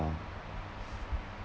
ah